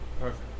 Perfect